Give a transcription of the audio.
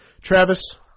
Travis